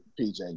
PJ